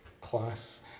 class